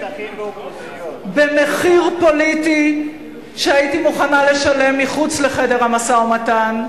במחיר פוליטי שהייתי מוכנה לשלם מחוץ לחדר המשא-ומתן,